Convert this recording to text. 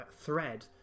thread